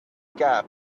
gap